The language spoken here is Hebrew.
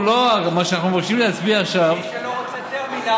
מה שאנחנו מבקשים להצביע עכשיו מי שלא רוצה טרמינל,